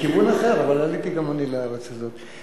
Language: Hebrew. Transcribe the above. מכיוון אחר, אבל עליתי גם אני לארץ הזו.